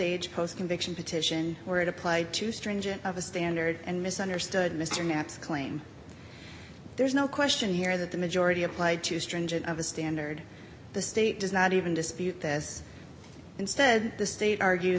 stage post conviction petition where it applied too stringent of a standard and misunderstood mr map's claim there's no question here that the majority applied too stringent of a standard the state does not even dispute this instead the state argue